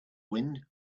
wind